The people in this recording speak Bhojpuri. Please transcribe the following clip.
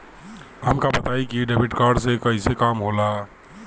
हमका बताई कि डेबिट कार्ड से कईसे काम होला?